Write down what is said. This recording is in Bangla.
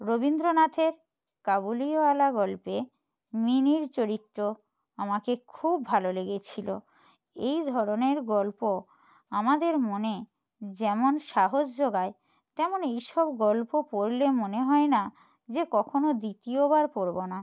রবীন্দ্রনাথের কাবুলিওয়ালা গল্পে মিনির চরিত্র আমাকে খুব ভালো লেগেছিল এই ধরনের গল্প আমাদের মনে যেমন সাহস জোগায় তেমন এইসব গল্প পড়লে মনে হয় না যে কখনও দ্বিতীয়বার পড়ব না